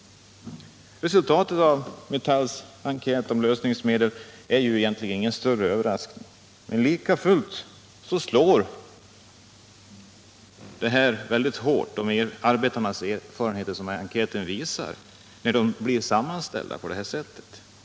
Resultatet av Metalls enkät om lösningsmedel är ju egentligen ingen större överraskning. Men likafullt slår det mycket hårt, när arbetarnas erfarenheter blir sammanställda på det här sättet.